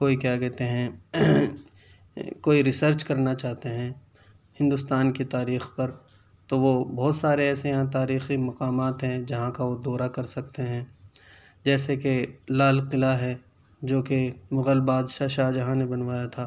کوئی کیا کہتے ہیں کوئی ریسرچ کرنا چاہتے ہیں ہندوستان کی تاریخ پر تو وہ بہت سارے ایسے ہیں تاریخی مقامات ہیں جہاں کا وہ دورہ کر سکتے ہیں جیسے کہ لال قلعہ ہے جو کہ مغل بادشاہ شاہ جہاں نے بنوایا تھا